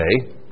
today